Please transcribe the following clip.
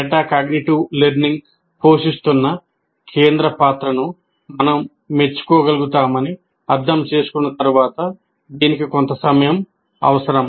metacognitive learning పోషిస్తున్న కేంద్ర పాత్రను మనం మెచ్చుకోగలుగుతామని అర్థం చేసుకున్న తర్వాత దీనికి కొంత సమయం అవసరం